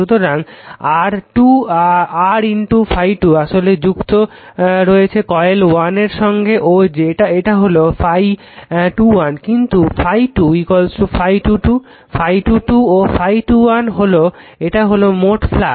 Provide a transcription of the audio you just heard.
সুতরাং r ∅2 আসলে যুক্ত থাকছে কয়েল 1 এর সঙ্গে ও এটা হলো ∅21 কিন্তু ∅2∅22 ∅22 ও ∅21 এটা হলো মোট ফ্লাক্স